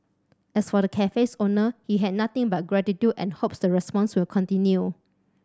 as for the cafe's owner he had nothing but gratitude and hopes the response will continue